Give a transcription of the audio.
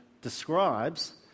describes